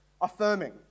affirming